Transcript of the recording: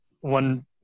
one